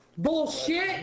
bullshit